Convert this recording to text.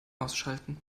ausschalten